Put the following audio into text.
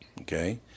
okay